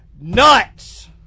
nuts